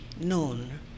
known